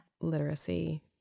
literacy